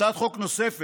הצעת חוק נוספת,